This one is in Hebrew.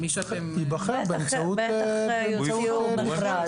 ייבחר באמצעות מכרז.